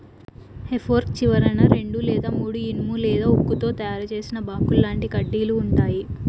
హె fork చివరన రెండు లేదా మూడు ఇనుము లేదా ఉక్కుతో తయారు చేసిన బాకుల్లాంటి కడ్డీలు ఉంటాయి